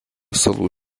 salų